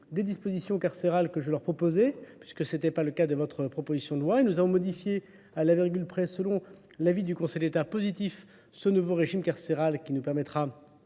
des dispositions carcérales que je leur proposais, puisque ce n'était pas le cas de votre proposition de loi. Et nous avons modifié à l'avergule près, selon l'avis du Conseil d'État positif, ce nouveau régime carcérale qui nous permettra